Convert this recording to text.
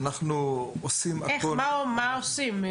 מה עושים?